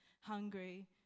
hungry